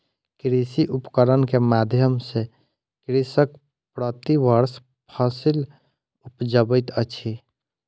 कृषि उपकरण के माध्यम सॅ कृषक प्रति वर्ष फसिल उपजाबैत अछि